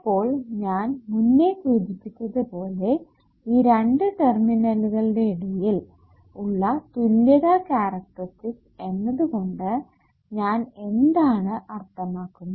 അപ്പോൾ ഞാൻ മുന്നേ സൂചിപ്പിച്ചതുപോലെ ഈ രണ്ടു ടെർമിനലുകളുടെ ഇടയിൽ ഉള്ള തുല്യത കാരക്ടറിസ്റ്റിക്സ് എന്നതുകൊണ്ട് ഞാൻ എന്താണ് അർത്ഥമാക്കുന്നത്